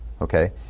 okay